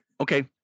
Okay